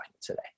today